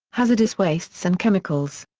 hazardous wastes and chemicals.